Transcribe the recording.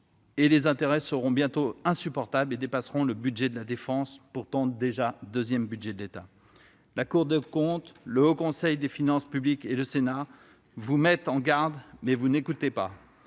d'intérêts serait bientôt insupportable, dépassant le budget de la défense, pourtant deuxième budget de l'État. La Cour des comptes, le Haut Conseil des finances publiques et le Sénat vous mettent en garde, mais vous n'écoutez pas.